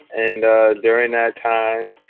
and during that time,